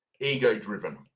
ego-driven